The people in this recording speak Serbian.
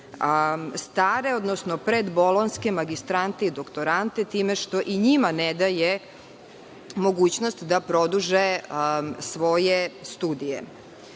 stare, odnosno predbolonjske magistrante i doktorante time što i njima ne daje mogućnost da produže svoje studije. Ono